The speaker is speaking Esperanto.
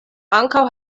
ankaŭ